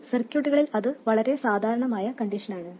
സർക്യൂട്ടുകളിൽ ഇത് വളരെ സാധാരണമായ കണ്ടിഷൻ ആണ്